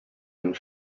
and